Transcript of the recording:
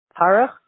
Parach